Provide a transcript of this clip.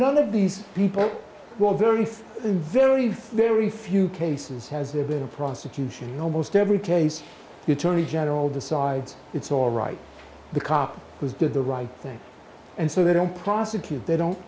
none of these people were very nice and very very few cases has there been a prosecution in almost every case the attorney general decides it's all right the cop who's did the right thing and so they don't prosecute they don't